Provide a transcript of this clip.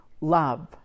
love